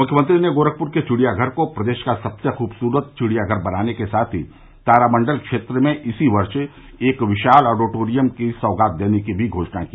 मुख्यमंत्री ने गोरखपुर के चिड़ियाघर को प्रदेश का सबसे खूबसूरत चिड़ियाघर बनाने के साथ ही तारामंडल क्षेत्र में इसी वर्ष एक विशाल आडिटोरियम की सौगात देने की भी घोषणा की